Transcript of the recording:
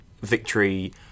victory